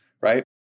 right